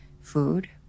food